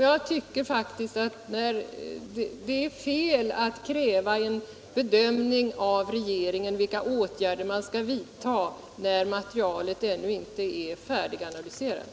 Jag tycker att det är fel att av regeringen kräva en bedömning av vilka åtgärder som skall vidtas, när materialet ännu inte är färdiganalyserat.